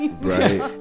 Right